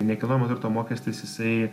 nekilnojamo turto mokestis jisai